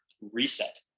reset